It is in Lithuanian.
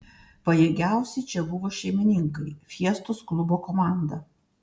pajėgiausi čia buvo šeimininkai fiestos klubo komanda